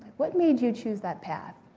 what made you choose that path?